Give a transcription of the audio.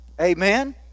Amen